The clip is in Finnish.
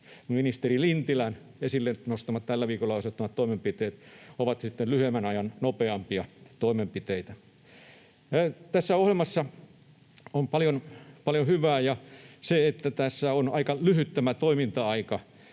ministeri Mika Lintilän esille nostamat, tällä viikolla osoittamat toimenpiteet ovat sitten lyhyemmän ajan, nopeampia toimenpiteitä. Tässä ohjelmassa on paljon hyvää, ja kun tässä tämä toiminta-aika